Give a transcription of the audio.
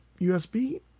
USB